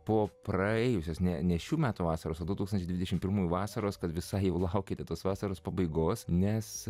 po praėjusios ne ne šių metų vasaros o du tūkstančiai dvidešim pirmųjų vasaros kad visai jau laukiate tos vasaros pabaigos nes